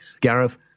Gareth